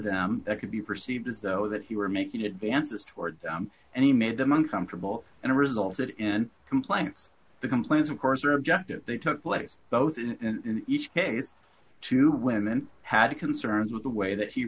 them that could be perceived as though that he were making advances toward him and he made them uncomfortable and resulted in complaints the complaints of course are objective they took place both in each case two women had concerns with the way that he